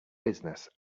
business